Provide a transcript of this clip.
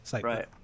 Right